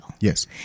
Yes